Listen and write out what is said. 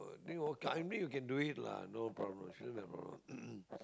I mean you can do it lah no problem sure no problem